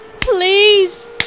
Please